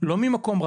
לא ממקום רע,